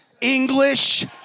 English